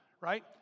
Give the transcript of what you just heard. right